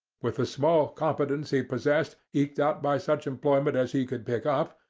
with the small competence he possessed, eked out by such employment as he could pick up,